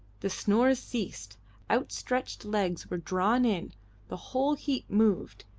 the snores ceased outstretched legs were drawn in the whole heap moved,